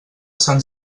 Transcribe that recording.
sant